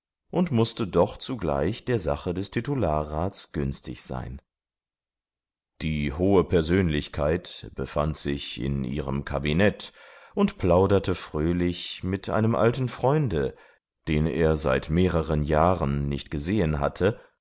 und mußte doch zugleich der sache des titularrats günstig sein die hohe persönlichkeit befand sich in ihrem kabinett und plauderte fröhlich mit einem alten freunde den er seit mehreren jahren nicht gesehen hatte